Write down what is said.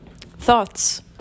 thoughts